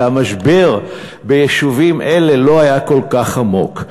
שהמשבר ביישובים האלה לא היה כל כך עמוק.